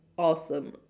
awesome